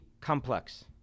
complex